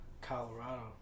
Colorado